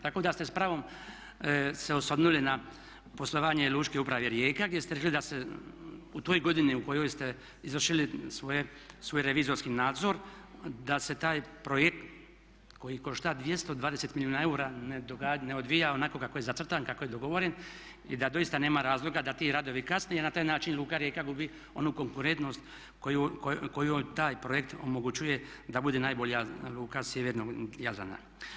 Tako da ste s pravom se osvrnuli na poslovanje lučke uprave Rijeka gdje ste rekli da se u toj godini u kojoj ste izvršili svoj revizorskih nadzor, da se taj projekt koji košta 220 milijuna eura ne odvija onako kako je zacrtan, kako je dogovoren i da doista nema razloga da ti radovi kasne i na taj način luka Rijeka gubi onu konkurentnost koju taj projekt omogućuje da bude najbolja luka sjevernog Jadrana.